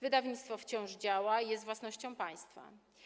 Wydawnictwo wciąż działa i jest własnością państwa.